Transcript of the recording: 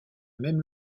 même